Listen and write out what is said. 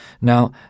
Now